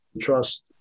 trust